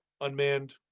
unmanned